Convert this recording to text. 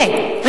מאה אחוז.